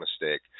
mistake